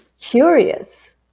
curious